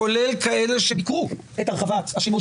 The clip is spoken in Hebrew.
כולל כאלה שביקרו את הרחבת השימוש